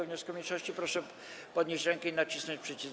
wniosku mniejszości, proszę podnieść rękę i nacisnąć przycisk.